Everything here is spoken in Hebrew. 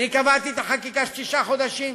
קבעתי את החקיקה של תשעה חודשים,